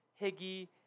Higgy